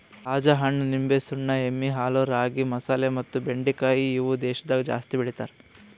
ತಾಜಾ ಹಣ್ಣ, ನಿಂಬೆ, ಸುಣ್ಣ, ಎಮ್ಮಿ ಹಾಲು, ರಾಗಿ, ಮಸಾಲೆ ಮತ್ತ ಬೆಂಡಿಕಾಯಿ ಇವು ದೇಶದಾಗ ಜಾಸ್ತಿ ಬೆಳಿತಾರ್